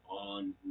on